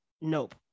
Nope